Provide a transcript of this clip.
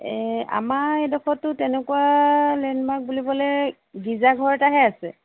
এই আমাৰ এডোখৰতটো তেনেকুৱা লেন মাৰ্ক বুলিবলৈ গিৰ্জা ঘৰ এটাহে আছে